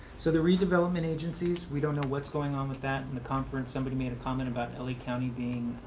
so the redevelopment agencies, we don't know what's going on with that in the conference. somebody made a comment about l a. county being